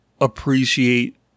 appreciate